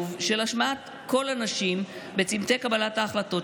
של השמעת קול הנשים בצומתי קבלת ההחלטות,